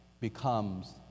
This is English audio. becomes